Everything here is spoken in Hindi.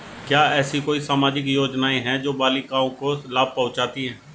क्या ऐसी कोई सामाजिक योजनाएँ हैं जो बालिकाओं को लाभ पहुँचाती हैं?